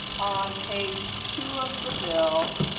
on page two of the bill,